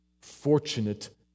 fortunate